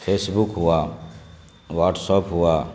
face بک ہوا WhatsApp ہوا